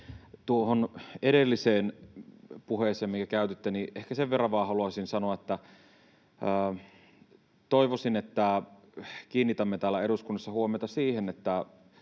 Tuohon edelliseen puheeseen, minkä käytitte, ehkä sen verran vain haluaisin sanoa, että toivoisin, että kiinnitämme täällä eduskunnassa huomiota siihen,